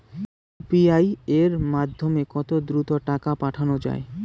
UPI এর মাধ্যমে কত দ্রুত টাকা পাঠানো যায়?